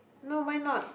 no why not